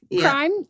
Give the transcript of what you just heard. crime